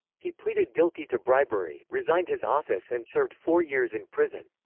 he pleaded guilty to bribery, resigned his office and served four years in prison.